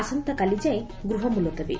ଆସନ୍ତାକାଲି ଯାଏଁ ଗୃହ ମୁଲତବୀ